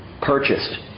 purchased